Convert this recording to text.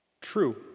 True